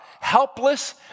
helpless